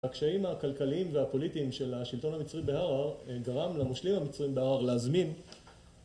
הקשיים הכלכליים והפוליטיים של השלטון המצרי בערער גרם למושלים המצרים בערער להזמין